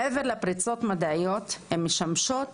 מעבר לפריצות מדעיות הן משמשות